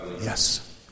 Yes